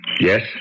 Yes